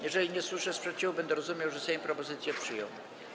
Jeżeli nie usłyszę sprzeciwu, będę rozumiał, że Sejm propozycje przyjął.